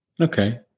Okay